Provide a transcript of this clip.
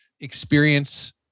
experience